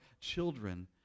children